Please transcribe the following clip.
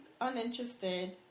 uninterested